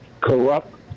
corrupt